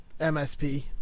MSP